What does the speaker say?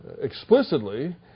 explicitly